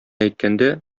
әйткәндә